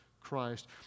Christ